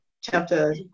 chapter